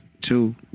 two